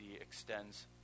extends